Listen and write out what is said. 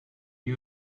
you